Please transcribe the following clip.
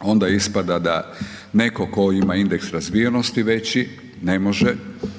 onda ispada da netko tko ima indeks razvijenosti veći ne može kandidirati